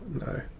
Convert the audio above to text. no